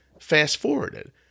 fast-forwarded